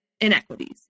inequities